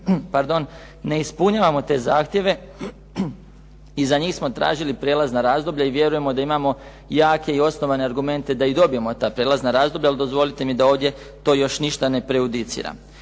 uvijek ne ispunjavamo te zahtjeve i za njih smo tražili prijelazna razdoblja i vjerujemo da imamo jake i osnovane argumente da i dobijemo ta prijelazna razdoblja, ali dozvolite mi da ovdje to još ništa ne prejudiciram.